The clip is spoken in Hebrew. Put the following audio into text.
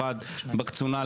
ארבע או חמש דוגמאות